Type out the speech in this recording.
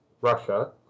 Russia